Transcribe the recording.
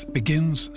begins